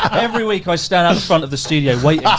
every week i stand out front of the studio waiting.